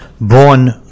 born